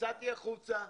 יצאתי החוצה,